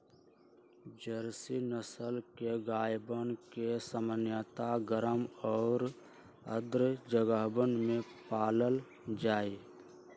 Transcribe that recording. Jersey नस्ल के गायवन के सामान्यतः गर्म और आर्द्र जगहवन में पाल्ल जाहई